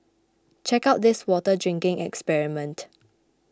check out this water drinking experiment